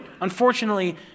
Unfortunately